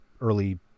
early